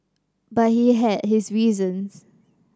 but he had his reasons